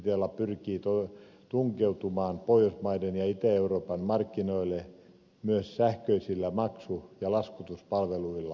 itella pyrkii tunkeutumaan pohjoismaiden ja itä euroopan markkinoille myös sähköisillä maksu ja laskutuspalveluilla